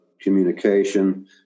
communication